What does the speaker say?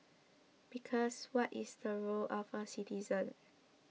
because what is the role of a citizen